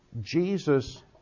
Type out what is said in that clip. Jesus